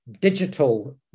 digital